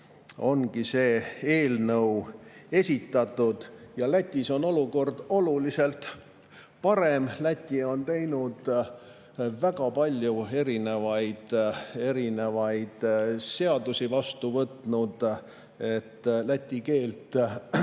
ongi see eelnõu esitatud. Lätis on olukord oluliselt parem. Läti on väga palju erinevaid seadusi vastu võtnud, et läti keelt